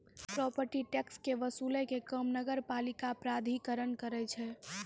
property tax के वसूलै के काम नगरपालिका प्राधिकरण करै छै